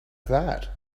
that